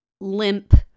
limp